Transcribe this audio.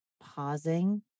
pausing